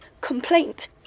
complaint